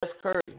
Curry